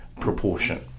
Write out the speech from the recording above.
proportion